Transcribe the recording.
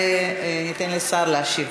וניתן לשר להשיב.